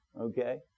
okay